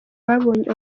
babonye